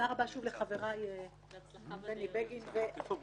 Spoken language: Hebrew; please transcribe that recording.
על חלק גדול מהדברים שנאמרו פה,